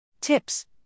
Tips